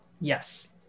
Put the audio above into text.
Yes